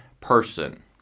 person